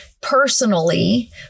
personally